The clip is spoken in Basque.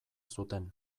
zuten